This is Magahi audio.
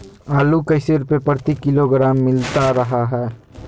आलू कैसे रुपए प्रति किलोग्राम मिलता रहा है?